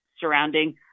surrounding